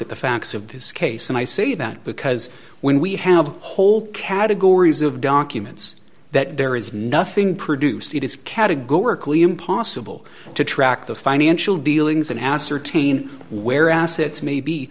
at the facts of this case and i say that because when we have a whole categories of documents that there is nothing produced it is categorically impossible to track the financial dealings and ascertain where assets may be